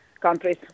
countries